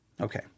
Okay